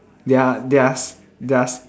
their their's their's